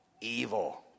evil